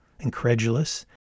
Incredulous